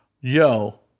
yo